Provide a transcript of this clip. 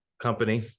company